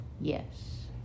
Yes